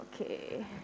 Okay